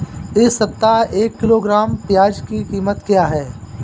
इस सप्ताह एक किलोग्राम प्याज की कीमत क्या है?